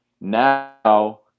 Now